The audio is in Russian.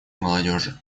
молодежи